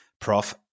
Prof